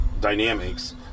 dynamics